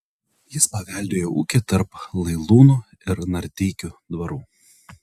jis paveldėjo ūkį tarp lailūnų ir narteikių dvarų